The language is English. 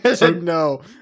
No